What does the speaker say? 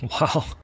Wow